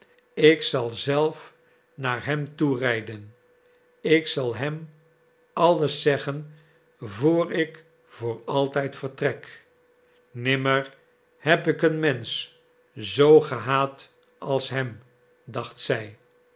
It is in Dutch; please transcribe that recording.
ik zal zelf naar hem toerijden ik zal hem alles zeggen vr ik voor altijd vertrek nimmer heb ik een mensch zoo gehaat als hem dacht zij